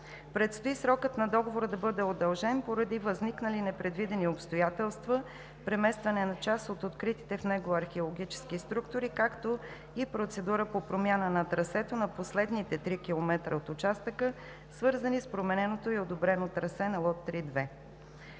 Предстои срокът на договора да бъде удължен, поради възникнали непредвидени обстоятелства – преместване на част от откритите в него археологически структури, както и процедура по промяна на трасето на последните 3 км от участъка, свързани с промененото и одобрено трасе на лот 3.2.